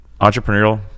entrepreneurial